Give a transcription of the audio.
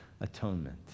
atonement